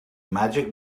magic